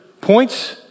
points